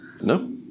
No